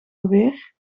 alweer